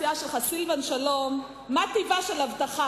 תשאל את חבר הסיעה שלך סילבן שלום מה טיבה של הבטחה.